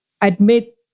admit